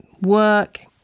work